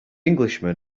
englishman